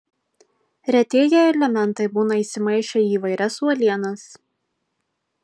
retieji elementai būna įsimaišę į įvairias uolienas